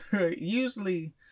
usually